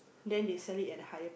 then they sell it at a higher price